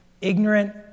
ignorant